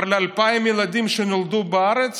ל-2,000 ילדים שנולדו כבר בארץ